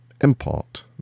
import